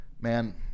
Man